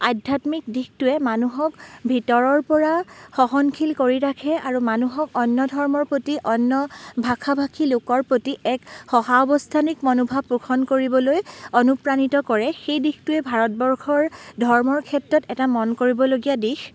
আধ্যাত্মিক দিশটোৱে মানুহক ভিতৰৰ পৰা সহনশীল কৰি ৰাখে আৰু মানুহক অন্য ধৰ্মৰ প্ৰতি অন্য ভাষা ভাষী লোকৰ প্ৰতি এক সহাৱস্থানিক মনোভাৱ পোষণ কৰিবলৈ অনুপ্ৰাণিত কৰে সেই দিশটোৱে ভাৰতবৰ্ষৰ ধৰ্মৰ ক্ষেত্ৰত এটা মন কৰিবলগীয়া দিশ